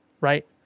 Right